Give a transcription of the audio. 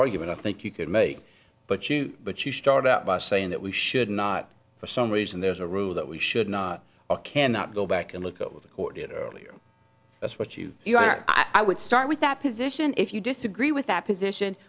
argument i think you could make but you but you start out by saying that we should not for some reason there's a rule that we should not or cannot go back and look over the court earlier that's what you you are i would start with that position if you disagree with that position